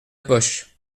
poche